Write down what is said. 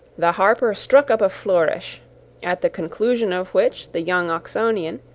the harper struck up a flourish at the conclusion of which the young oxonian,